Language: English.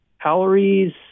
calories